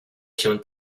się